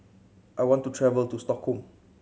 I want to travel to Stockholm